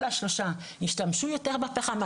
כל השלושה השתמשו יותר בפחם.